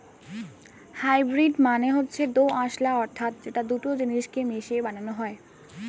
hybrid মানে হচ্ছে দোআঁশলা অর্থাৎ যেটা দুটো জিনিস কে মিশিয়ে বানানো হয়